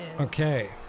Okay